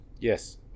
Yes